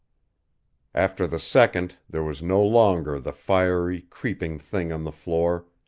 after the second there was no longer the fiery, creeping thing on the floor,